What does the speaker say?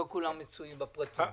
לא כולנו מצויים בפרטים.